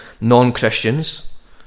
non-Christians